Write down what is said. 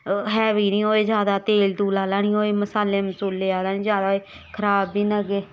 heavy निं होए ज्यादा तेल तूल आह्ला निं होए मसाले मसूले आह्ला निं ज्यादा होए खराब बी न लग्गे